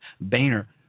Boehner